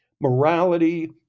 Morality